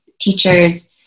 teachers